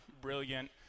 brilliant